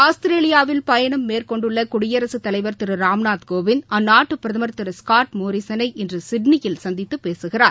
ஆஸ்திரேலியாவில் பயணம் மேற்கொண்டுள்ளகுடியரகத் தலைவர் திருராம் நாத் கோவிந்த் அந்நாட்டுபிரதமர் திரு ஸ்காட் மோரிசனை இன்றுசிட்னியில் சந்தித்தபேசினார்